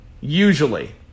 Usually